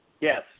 Yes